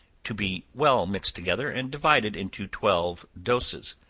to be well mixed together, and divided into twelve doses.